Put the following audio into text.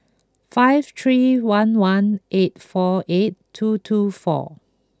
five three one one eight four eight two two four